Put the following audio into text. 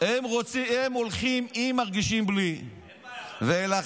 אין בעיה, אתה אומר